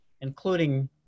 including